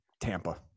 Tampa